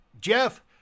Jeff